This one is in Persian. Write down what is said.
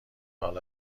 حالا